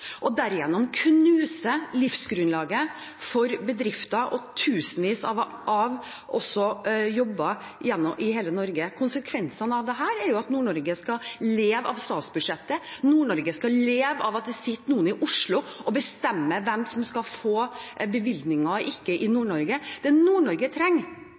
og derigjennom knuse livsgrunnlaget for bedrifter og tusenvis av jobber i hele Norge. Konsekvensene av dette er jo at Nord-Norge skal leve av statsbudsjettet. Nord-Norge skal leve av at det sitter noen i Oslo og bestemmer hvem som skal få bevilgninger eller ikke i Nord-Norge. Det Nord-Norge trenger,